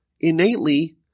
innately